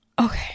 Okay